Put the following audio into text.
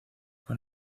con